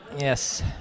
Yes